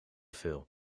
veel